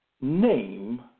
name